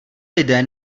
lidé